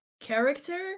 character